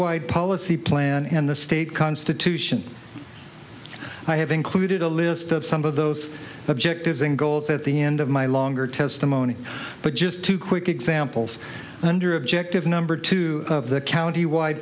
wide policy plan and the state constitution i have included a list of some of those objectives and goals at the end of my longer testimony but just two quick examples under objective number two of the county wide